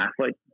athlete